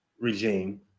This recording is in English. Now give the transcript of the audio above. regime